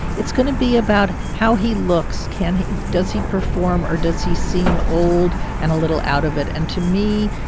it's going to be about how he looks. can he does he perform? or does he seem old and a little out of it? and to me,